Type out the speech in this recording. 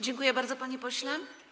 Dziękuję bardzo, panie pośle.